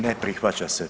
Ne prihvaća se.